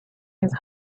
his